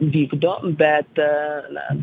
vykdo bet na